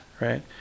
right